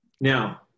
Now